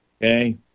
Okay